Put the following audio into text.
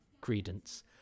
credence